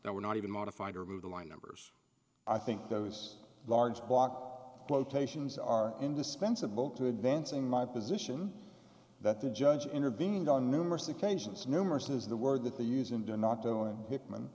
that were not even modified or move the line numbers i think those large block quotations are indispensable to advancing my position that the judge intervened on numerous occasions numerous is the word that they use in do not go in hickman